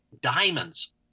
diamonds